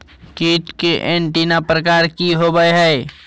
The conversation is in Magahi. कीट के एंटीना प्रकार कि होवय हैय?